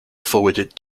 forwarded